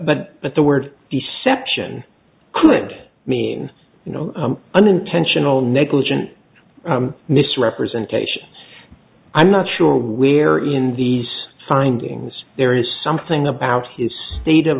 but but the word deception could mean you know unintentional negligent misrepresentation i'm not sure where in these findings there is something about his state of